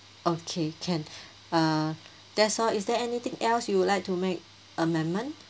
okay can uh that's all is there anything else you'd like to make amendment